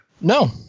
No